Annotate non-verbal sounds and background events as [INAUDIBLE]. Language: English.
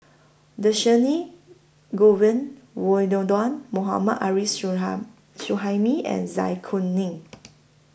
Dhershini Govin Winodan Mohammad Arif [UNINTELLIGIBLE] Suhaimi and Zai Kuning